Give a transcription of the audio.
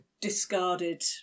discarded